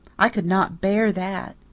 i could not bear that.